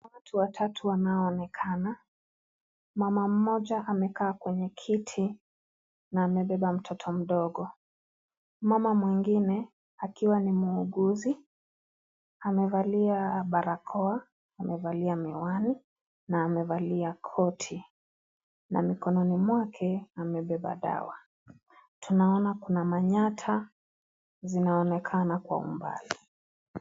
Watu watatu wanaonekana, mama mmoja amekaa kwenye kiti na amebeba mtoto mdogo, mama mwingine akiwa ni muuguzi amevalia barakoa, amevalia miwani na amevalia koti na mkononi mwake amebeba dawa. Tunaona kuna Manyatta zinaonekana Kwa umbali.